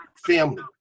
family